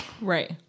Right